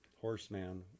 horseman